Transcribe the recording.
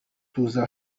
tuza